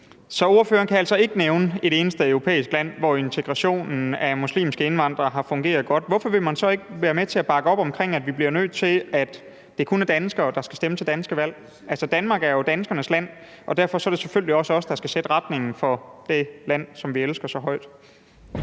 Så ordføreren kan altså ikke nævne et eneste europæisk land, hvor integrationen af muslimske indvandrere har fungeret godt. Hvorfor vil man så ikke være med til at bakke op om, at vi bliver nødt til at sige, at det kun er danskere, der skal stemme til danske valg? Danmark er jo danskernes land, og derfor er det selvfølgelig også os, der skal sætte retningen for det land, som vi elsker så højt.